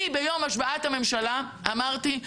אני ביום השבעת הממשלה אמרתי,